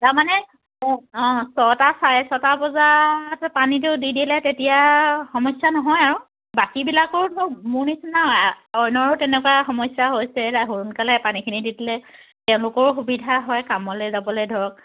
তাৰমানে অঁ ছটা চাৰে ছটা বজাত পানীটো দি দিলে তেতিয়া সমস্যা নহয় আৰু বাকীবিলাকো ধৰক মোৰ নিচিনা অইনৰো তেনেকুৱা সমস্যা হৈছে সোনকালে পানীখিনি দি দিলে তেওঁলোকৰো সুবিধা হয় কামলে যাবলে ধৰক